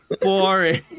Boring